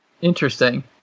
interesting